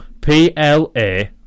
P-L-A